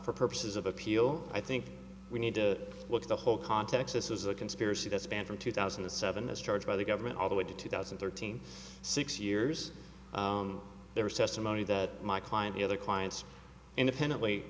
for purposes of appeal i think we need to look at the whole context this is a conspiracy that spanned from two thousand and seven this charge by the government all the way to two thousand and thirteen six years there was testimony that my client the other clients independently